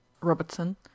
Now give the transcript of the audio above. Robertson